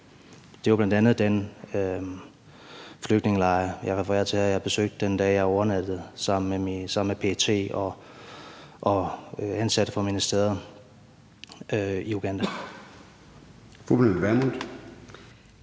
Det er jo bl.a. den flygtningelejr, jeg refererer til her, som jeg besøgte den dag, hvor jeg overnattede sammen med PET og de ansatte fra ministeriet i Uganda.